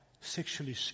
sexually